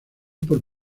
por